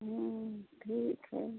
हम्म ठीक है